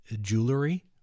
jewelry